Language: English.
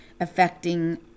affecting